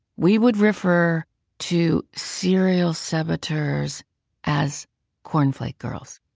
we would refer to serial saboteurs as cornflake girls.